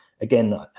again